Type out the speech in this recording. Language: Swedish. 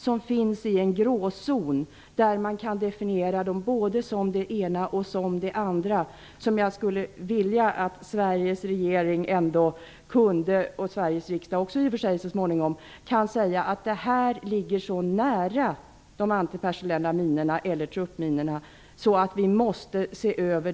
Jag skulle vilja att Sveriges regering och riksdag kunde säga att de minor som finns i en gråzon -- som kan definieras som både det ena och det andra -- ligger så nära de antipersonella minorna eller truppminorna att de måste ses över.